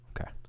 Okay